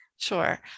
Sure